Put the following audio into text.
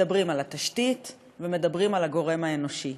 מדברים על התשתיות ומדברים על הגורם האנושי,